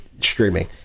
streaming